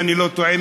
אם אני לא טועה,